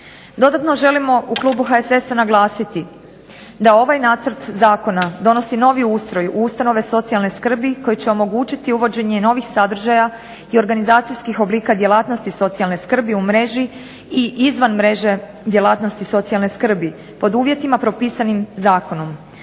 Dodatno želimo u klubu HSS-a naglasiti da ovaj nacrt zakona donosi novi ustroj u ustanove socijalne skrbi koji će omogućiti uvođenje novih sadržaja i organizacijskih oblika djelatnosti socijalne skrbi u mreži i izvan mreže djelatnosti socijalne skrbi pod uvjetima propisanim zakonom.